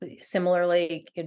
similarly